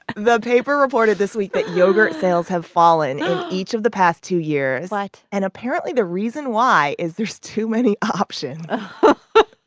the paper reported this week that yogurt sales have fallen in each of the past two years what? and apparently, the reason why is there's too many options oh,